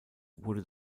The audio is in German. wurde